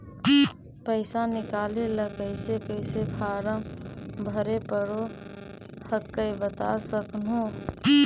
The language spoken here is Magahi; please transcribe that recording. पैसा निकले ला कैसे कैसे फॉर्मा भरे परो हकाई बता सकनुह?